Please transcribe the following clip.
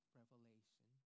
revelation